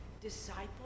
disciple